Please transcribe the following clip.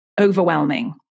overwhelming